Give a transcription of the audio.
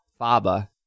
Faba